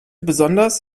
besonders